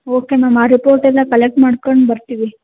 okay ma'am ಆ report ಎಲ್ಲ collect ಮಾಡ್ಕೊಂಡು ಬರ್ತೀವಿ